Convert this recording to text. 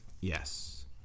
Yes